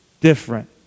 different